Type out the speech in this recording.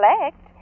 collect